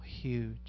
huge